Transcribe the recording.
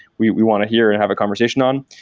we we want to hear and have a conversation on.